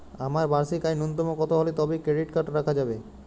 আমার বার্ষিক আয় ন্যুনতম কত হলে তবেই ক্রেডিট কার্ড রাখা যাবে?